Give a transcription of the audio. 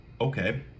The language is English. okay